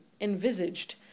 envisaged